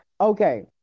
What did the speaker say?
Okay